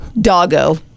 doggo